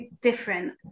different